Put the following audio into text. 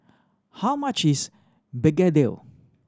how much is begedil